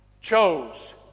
chose